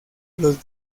los